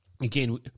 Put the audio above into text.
Again